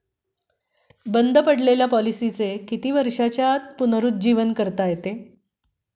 बंद पडलेल्या पॉलिसीचे किती वर्षांच्या आत पुनरुज्जीवन करता येते?